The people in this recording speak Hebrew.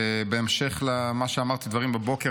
בהמשך לדברים שאמרתי בבוקר,